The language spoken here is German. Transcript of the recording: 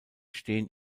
stehen